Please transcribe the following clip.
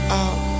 out